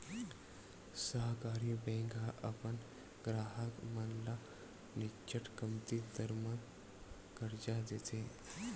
सहकारी बेंक ह अपन गराहक मन ल निच्चट कमती दर म करजा देथे